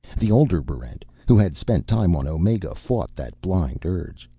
the older barrent who had spent time on omega fought that blind urge.